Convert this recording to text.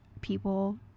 people